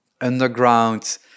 underground